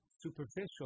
superficial